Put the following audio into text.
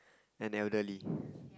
an elderly